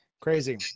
Crazy